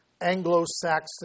Anglo-Saxon